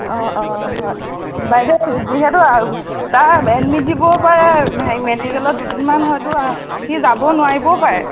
অ' অ' হয় বাইদেউ যিহেতু তাৰ এডমিট দিবও পাৰে হেৰি মেডিকেলত দুদিনমান হয়তো সি যাব নোৱাৰিবও পাৰে